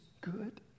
good